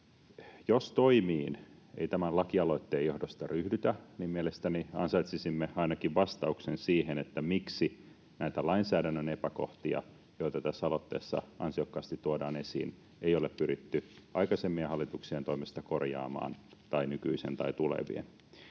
Jos toimiin ei tämän lakialoitteen johdosta ryhdytä, niin mielestäni ansaitsisimme ainakin vastauksen siihen, miksi näitä lainsäädännön epäkohtia, joita tässä aloitteessa ansiokkaasti tuodaan esiin, ei ole pyritty aikaisempien hallitusten tai nykyisen tai tulevien